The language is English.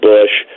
Bush